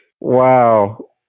Wow